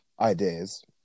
ideas